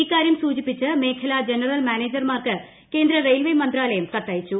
ഇക്കാരൃം സൂചിപ്പിച്ച് മേഖലാ ജനറൽ മാനേജർമാർക്ക് കേന്ദ്ര റെയിൽവെ മന്ത്രാലയം കത്തയച്ചു